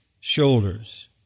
shoulders